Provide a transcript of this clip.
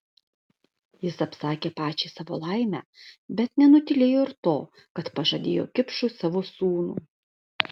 jis apsakė pačiai savo laimę bet nenutylėjo ir to kad pažadėjo kipšui savo sūnų